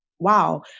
wow